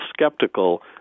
skeptical